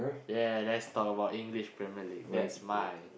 yeah let's talk about English Premier-League that's my